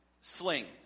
sling